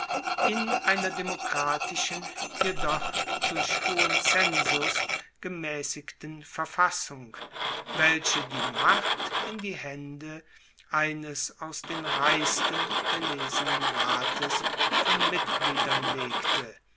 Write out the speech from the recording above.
in einer demokratischen jedoch durch hohen zensus gemaessigten verfassung welche die macht in die haende eines aus den reichsten erlesenen rates von mitgliedern legte